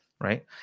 right